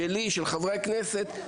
שלי ושל חברי הכנסת,